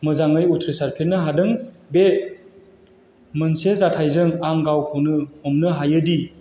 मोजाङै उथ्रिसारफिननो हादों बे मोनसे जाथायजों आं गावखौनो हमनो हायो दि